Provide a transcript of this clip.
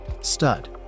stud